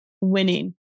winning